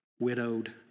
widowed